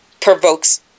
provokes